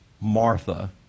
Martha